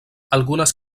algunes